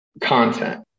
content